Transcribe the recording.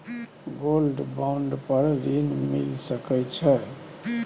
Gold bond पर ऋण मिल सके छै?